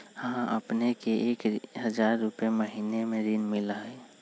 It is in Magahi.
हां अपने के एक हजार रु महीने में ऋण मिलहई?